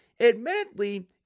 admittedly